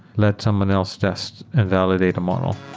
let someone else test and validate the model.